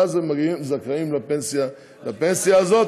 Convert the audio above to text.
ואז הם זכאים לפנסיה הזאת.